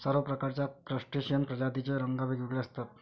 सर्व प्रकारच्या क्रस्टेशियन प्रजातींचे रंग वेगवेगळे असतात